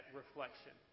reflection